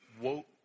woke